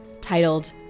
titled